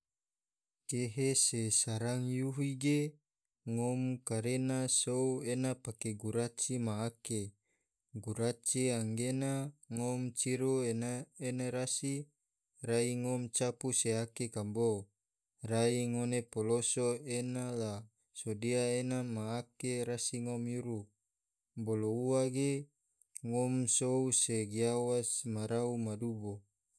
Kehe se sarahi yuhi ge, ngom kare na sou ena pake guraci ma ake, guraci anggena ngom ciru ene rasi, rai ngom capu se ake kambo, rai ngone poloso ena la sodia ena ma ake rasi ngom yuru bolo ua ge ngom sou se giawas marau madubo.